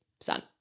son